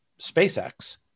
SpaceX